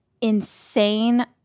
insane